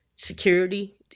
Security